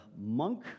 monk